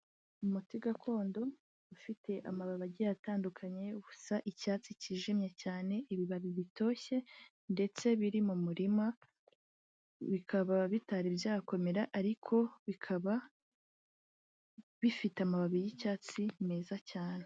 Umuti gakondo, ufite amababi agiye atandukanye, usa icyatsi cyijimye cyane ibibabi bitoshye, ndetse biri mu murima, bikaba bitari byakomera ariko, bikaba bifite amababi y'icyatsi meza cyane.